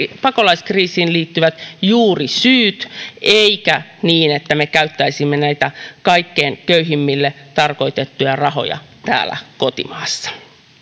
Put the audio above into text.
pakolaiskriisiin liittyvät juurisyyt eikä niin että me käyttäisimme näitä kaikkein köyhimmille tarkoitettuja rahoja täällä kotimaassa